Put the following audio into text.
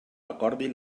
acordi